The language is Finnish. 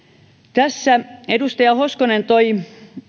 edustaja hoskonen toi